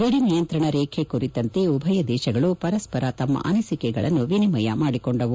ಗಡಿನಿಯಂತ್ರಣ ರೇಖೆ ಕುರಿತಂತೆ ಉಭಯ ದೇಶಗಳು ಪರಸ್ಪರ ತಮ್ಮ ಅನಿಸಿಕೆಗಳನ್ನು ವಿನಿಮಯ ಮಾಡಿಕೊಂಡವು